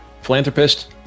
philanthropist